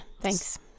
thanks